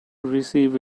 receive